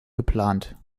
geplant